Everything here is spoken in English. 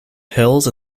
hills